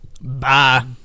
Bye